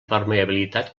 permeabilitat